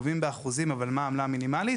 גובים באחוזים, אבל מה העמלה המינימלית.